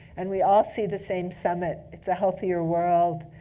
and we all see the same summit. it's a healthier world.